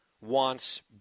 wants